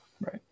Right